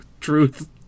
truth